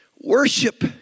worship